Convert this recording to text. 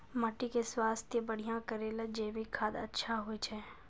माटी के स्वास्थ्य बढ़िया करै ले जैविक खाद अच्छा होय छै?